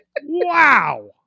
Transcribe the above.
Wow